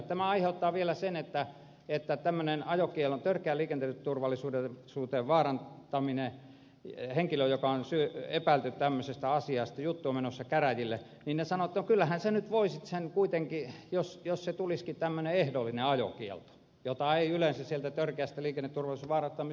tämä aiheuttaa vielä sen että jos on tämmöinen törkeä liikenneturvallisuuden vaarantaminen henkilö joka on epäilty tämmöisestä asiasta juttu on menossa käräjille niin he sanovat että kyllähän sinä nyt voisit sen kortin kuitenkin saada jos se tulisikin tämmöinen ehdollinen ajokielto jota ei yleensä kuitenkaan sieltä törkeästä liikenneturvallisuuden vaarantamisesta tule